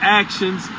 actions